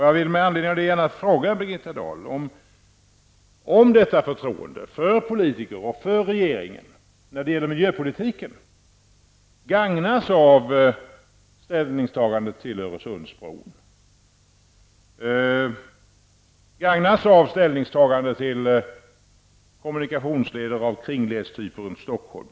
Jag vill i det sammanhanget gärna fråga Birgitta Dahl om förtroendet för politiker och för regeringen när det gäller miljöpolitiken gagnas av ställningstagandet beträffande Öresundsbron eller av ställningstagandet beträffande kommunikationsleder av typen kringfartsleder runt Stockholm.